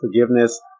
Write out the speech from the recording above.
forgiveness